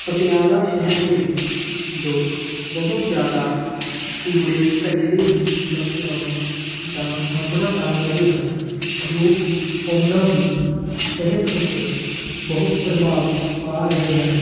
ਪਟਿਆਲਾ ਸ਼ਹਿਰ ਦੇ ਵਿੱਚ ਲੋਕ ਬਹੁਤ ਜ਼ਿਆਦਾ ਕੂੜੇ ਕਚਰੇ ਦੀ ਸਮੱਸਿਆਵਾਂ ਦਾ ਸਾਹਮਣਾ ਕਰ ਰਹੇ ਹਨ ਜੋ ਕਿ ਉਹਨਾਂ ਦੀ ਸਿਹਤ ਉੱਤੇ ਬਹੁਤ ਪ੍ਰਭਾਵ ਪਾ ਰਹੇ ਹਨ